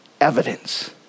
evidence